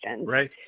Right